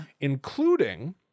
including